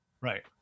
Right